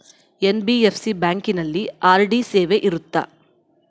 NBFC ಬ್ಯಾಂಕಿನಲ್ಲಿ RD ಸೇವೆ ಇರುತ್ತಾ?